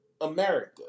America